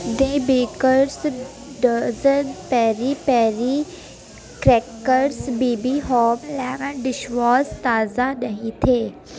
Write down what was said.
دی bakers dozen peri peri crackers B B home lemon dish wash تازہ نہیں تھے